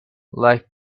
life